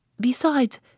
Besides